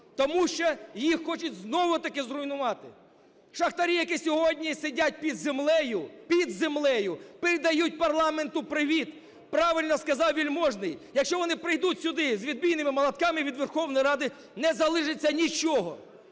Тому що їх хочуть знову-таки зруйнувати. Шахтарі, які сьогодні сидять під землею, під землею, передають парламенту привіт. Правильно сказав Вельможний, якщо вони прийдуть сюди з відбійними молотками, від Верховної Ради не залишиться нічого.